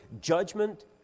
judgment